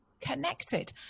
connected